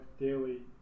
daily